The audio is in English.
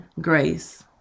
grace